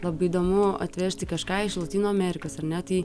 labai įdomu atvežti kažką iš lotynų amerikos ar ne tai